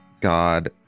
God